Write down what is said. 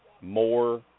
More